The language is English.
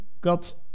got